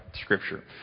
Scripture